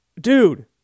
Dude